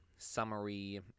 summary